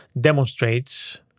demonstrates